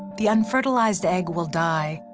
the unfertilized egg will die,